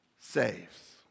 saves